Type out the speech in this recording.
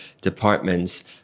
departments